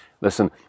Listen